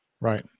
right